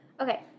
Okay